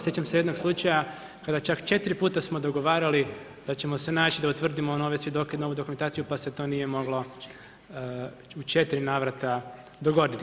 Sjećam se jednog slučaja kada čak 4 puta smo dogovarali da ćemo se naći da utvrdimo nove svjedoke, novu dokumentaciju, pa se to nije moglo u 4 navrata dogoditi.